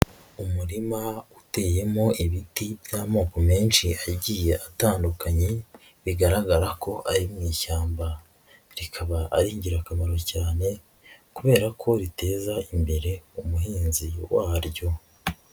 Umurima uteyemo ibiti by'amoko menshi yagiye atandukanye, bigaragara ko ari mu ishyamba rikaba ari ingirakamaro cyane kubera ko riteza imbere umuhinzi waryo.